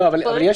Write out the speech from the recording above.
אני אומר לכם,